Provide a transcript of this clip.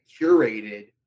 curated